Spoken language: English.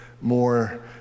more